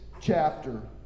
chapter